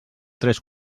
tres